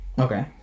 okay